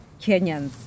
Kenyans